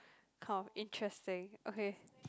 kind of interesting okay